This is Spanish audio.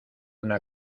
una